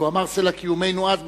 שהוא אמר "סלע קיומנו" אז,